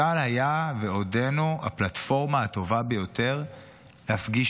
צה"ל היה ועודנו הפלטפורמה הטובה ביותר להפגיש